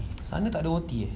sana takde O_T ah